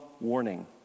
warning